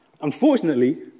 Unfortunately